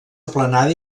aplanada